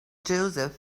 joseph